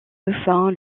dauphins